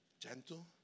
gentle